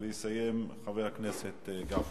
יסיים, חבר הכנסת גפני.